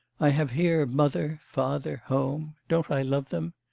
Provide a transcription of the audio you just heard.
i have here mother, father, home. don't i love them?